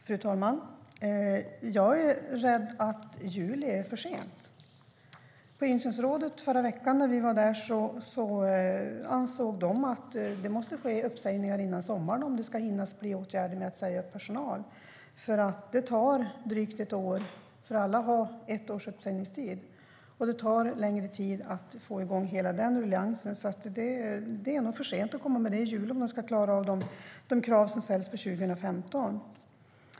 Fru talman! Jag är rädd att juli är för sent. När vi i förra veckan hade möte i insynsrådet framgick det att de ansåg att det måste ske uppsägningar före sommaren om det ska vara möjligt att vidta åtgärder för uppsagd personal. Alla har ett års uppsägningstid, och det tar lång tid att få i gång ruljangsen. Det är för sent i juli om man ska klara av kraven som ställs för 2015.